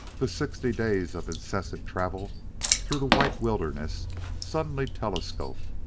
the sixty days of incessant travel through the white wilderness suddenly telescoped,